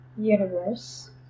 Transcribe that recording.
universe